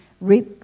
read